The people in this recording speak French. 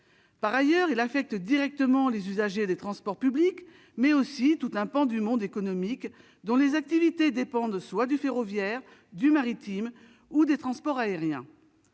Par ailleurs, il affecte directement les usagers des transports publics, mais aussi tout un pan du monde économique, dont les activités dépendent du ferroviaire, du maritime ou des transports aériens.